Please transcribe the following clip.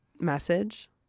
message